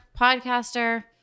podcaster